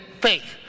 faith